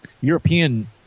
European